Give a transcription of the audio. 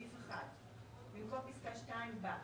" (1)במקום פסקה (2) בא: